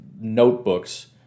notebooks